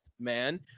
Man